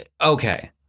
Okay